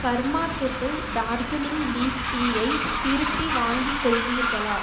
கர்மா kettle Darjeeling leaf டீயை திருப்பி வாங்கிக் கொள்வீர்களா